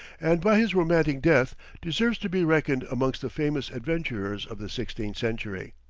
and by his romantic death, deserves to be reckoned amongst the famous adventurers of the sixteenth century.